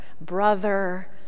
brother